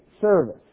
service